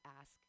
ask